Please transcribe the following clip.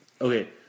Okay